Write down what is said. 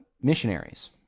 missionaries